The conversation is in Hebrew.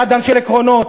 אתה אדם של עקרונות.